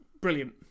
brilliant